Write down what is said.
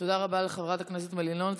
תודה רבה לחברת הכנסת מלינובסקי.